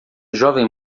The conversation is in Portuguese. jovem